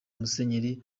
musenyeri